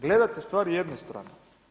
Gledate stvari jednostrano.